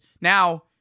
now